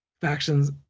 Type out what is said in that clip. factions